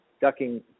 ducking